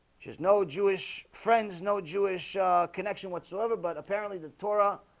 just no jewish friends. no jewish ah connection whatsoever but apparently the torah